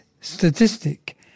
statistic